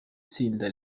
tsinda